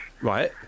Right